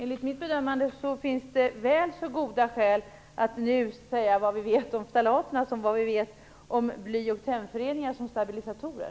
Enligt mitt bedömande finns det väl så goda skäl att nu säga vad vi vet om ftalaterna liksom om bly och tennföreningar som stabilisatorer.